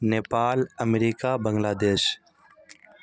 Nepal America بنگلہ دیش